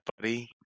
buddy